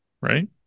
Right